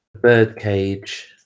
Birdcage